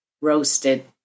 roasted